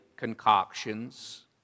concoctions